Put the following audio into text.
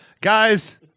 guys